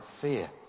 Fear